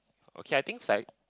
okay I think psych